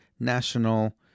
National